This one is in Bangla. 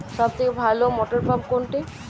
সবথেকে ভালো মটরপাম্প কোনটি?